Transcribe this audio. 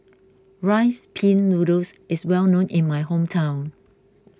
Rice Pin Noodles is well known in my hometown